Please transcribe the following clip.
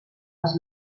les